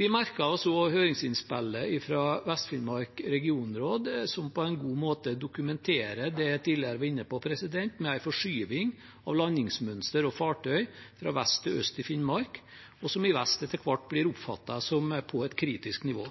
Vi merket oss også høringsinnspillet fra Vest-Finnmark regionråd, som på en god måte dokumenterer det jeg tidligere var inne på med en forskyving av landingsmønster og fartøy fra vest til øst i Finnmark, og som i vest etter hvert blir oppfattet som å være på et kritisk nivå.